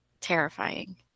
terrifying